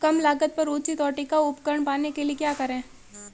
कम लागत पर उचित और टिकाऊ उपकरण पाने के लिए क्या करें?